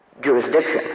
jurisdiction